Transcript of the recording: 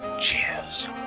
Cheers